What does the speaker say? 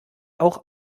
auch